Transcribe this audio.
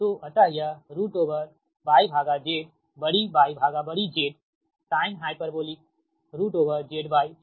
तो अतः यह YZ बड़ी Y भागा बड़ी Zsinh ZY ठीक